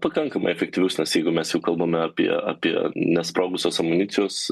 pakankamai efektyvius nes jeigu mes jau kalbame apie apie nesprogusios amunicijos